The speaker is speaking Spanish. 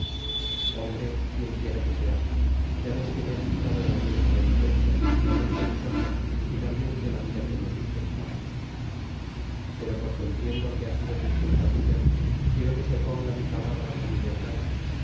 hombre quien quiera que seas ya ves que me has quitado el aliento de mi pecho la luz de mis ojos y finalmente la vida que me sustentaba pero porque entiendo que ha sido sin culpa tuya quiero que se oponga mi palabra a mi venganza